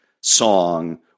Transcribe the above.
song